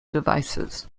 devices